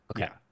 Okay